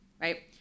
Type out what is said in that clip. right